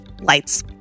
Lights